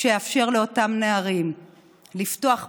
שיאפשר לאותם נערים לפתוח בחיים,